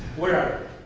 where